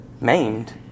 maimed